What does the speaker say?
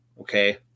okay